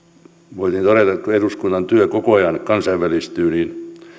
voisin todeta että kun eduskunnan työ koko ajan kansainvälistyy niin